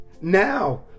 now